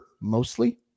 mostly